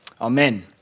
Amen